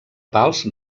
pals